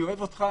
אני אוהב אותך,